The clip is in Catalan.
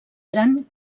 gran